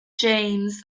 james